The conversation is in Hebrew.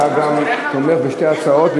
אתה גם תומך בשתי ההצעות,